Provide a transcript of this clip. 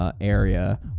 Area